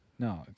No